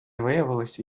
виявилися